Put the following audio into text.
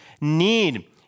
need